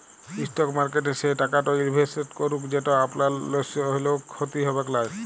stock মার্কেটে সে টাকাট ইলভেসেট করুল যেট আপলার লস হ্যলেও খ্যতি হবেক লায়